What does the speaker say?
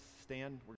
stand